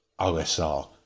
OSR